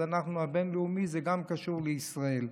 אז הבין-לאומי קשור גם לישראל.